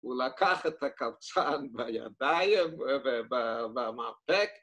‫ולקח את הקבצן בידיים ובמרפק.